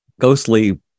ghostly